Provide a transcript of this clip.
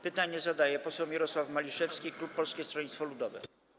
Pytanie zadaje poseł Mirosław Maliszewski, klub Polskiego Stronnictwa Ludowego.